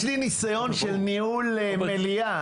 יש לי ניסיון של ניהול מליאה,